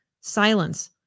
silence